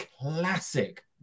classic